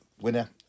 winner